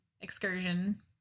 excursion